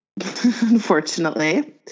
unfortunately